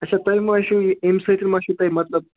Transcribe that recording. اَچھا تۅہہِ ما چھُو یہِ اَمہِ سۭتۍ ما چھُو تۄہہِ مطلب